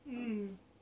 mm